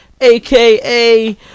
aka